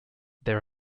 there